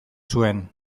zuen